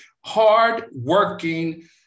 hardworking